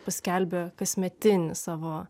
paskelbė kasmetinį savo